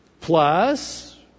plus